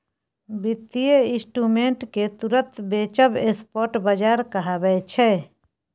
बित्तीय इंस्ट्रूमेंट केँ तुरंत बेचब स्पॉट बजार कहाबै छै